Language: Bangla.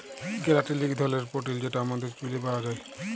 ক্যারাটিল ইক ধরলের পোটিল যেট আমাদের চুইলে পাউয়া যায়